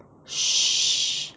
err